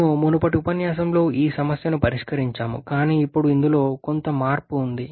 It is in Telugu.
మేము మునుపటి ఉపన్యాసంలో ఈ సమస్యను పరిష్కరించాము కానీ ఇప్పుడు ఇందులో కొంత మార్పు ఉంది